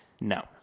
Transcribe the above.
No